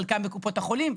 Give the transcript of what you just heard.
חלקם בקופות החולים,